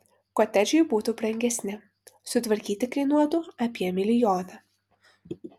kotedžai būtų brangesni sutvarkyti kainuotų apie milijoną